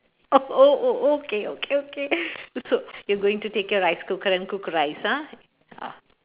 oh oh oh okay okay okay so you're going to take your rice cooker and cook rice ah